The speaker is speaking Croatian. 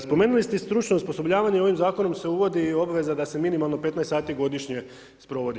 Spomenuli ste i stručno osposobljavanje ovim zakon se uvodi obveza da se minimalno 15 sati godišnje sprovodi.